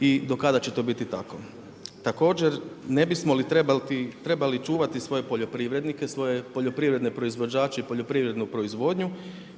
i do kada će to biti tako? Također ne bismo li trebali čuvati svoje poljoprivrednike, svoje poljoprivredne proizvođače i poljoprivrednu proizvodnju